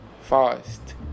fast